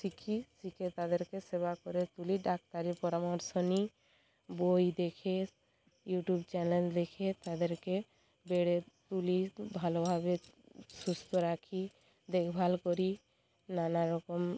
শিখি শিকে তাদেরকে সেবা করে তুলি ডাক্তারের পরামর্শ নিই বই দেখে ইউটিউব চ্যানেল দেখে তাদেরকে বেড়ে তুলি ভালোভাবে সুস্থ রাখি দেখভাল করি নানারকম